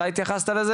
אתה התייחסת לזה?